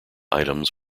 items